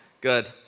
Good